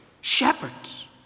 Shepherds